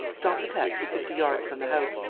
stop the taxi fifty yards from the house.